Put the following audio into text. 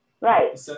right